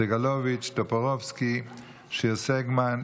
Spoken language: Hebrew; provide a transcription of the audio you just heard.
סגלוביץ', טופורובסקי, שיר סגמן,